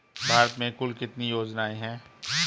भारत में कुल कितनी योजनाएं हैं?